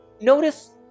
notice